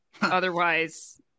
Otherwise